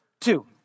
two